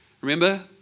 remember